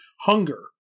hunger